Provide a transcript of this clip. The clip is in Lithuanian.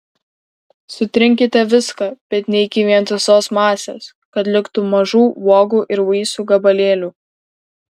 sutrinkite viską bet ne iki vientisos masės kad liktų mažų uogų ir vaisių gabalėlių